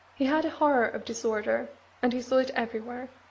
he had a horror of disorder and he saw it everywhere.